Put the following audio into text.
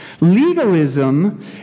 Legalism